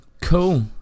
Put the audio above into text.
cool